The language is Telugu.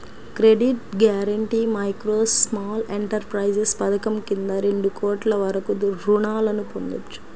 credit guarantee micro, small enterprises పథకం కింద రెండు కోట్ల వరకు రుణాలను పొందొచ్చు